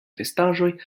vestaĵoj